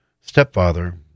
stepfather